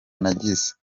nagize